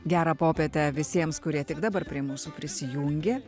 gerą popietę visiems kurie tik dabar prie mūsų prisijungė